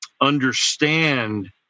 understand